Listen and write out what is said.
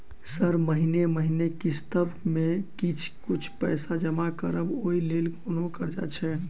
Sir महीने महीने किस्तसभ मे किछ कुछ पैसा जमा करब ओई लेल कोनो कर्जा छैय?